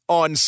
on